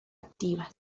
activas